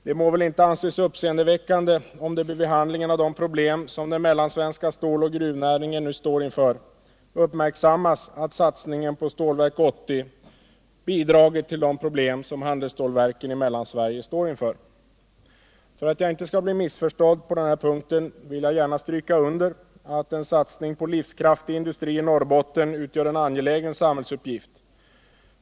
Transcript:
Det må väl inte anses uppseendeväckande att det vid behandlingen av de problem som den mellansvenska ståloch gruvnäringen nu står inför uppmärksammas att satsningen på Stålverk 80 bidragit till de problem som handelsstålverken i Mellansverige står inför. För att jag inte skall bli missförstådd på denna punkt vill jag gärna stryka under att en satsning på livskraftig industri i Norrbotten utgör en angelägen samhällsuppgift.